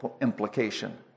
implication